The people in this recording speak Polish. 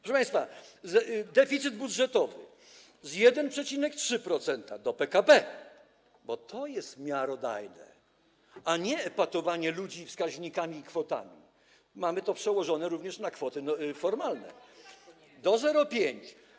Proszę państwa, deficyt budżetowy z 1,3% do PKB, bo to jest miarodajne, a nie epatowanie ludzi wskaźnikami i kwotami, mamy to przełożone również na kwoty formalne, do 0,5%.